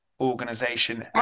organization